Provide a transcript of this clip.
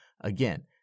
Again